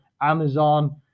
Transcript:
Amazon